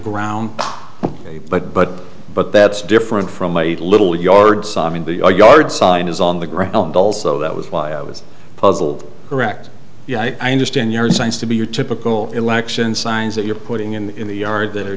ground but but but that's different from my little yard solving the our yard sign is on the ground also that was why i was puzzled correct yeah i understand your designs to be your typical election signs that you're putting in the yard that are